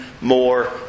more